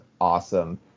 awesome